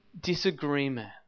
disagreement